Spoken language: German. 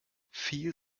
viel